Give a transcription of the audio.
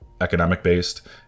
economic-based